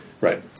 Right